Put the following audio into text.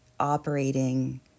operating